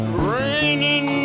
raining